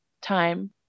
time